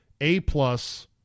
A-plus